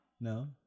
no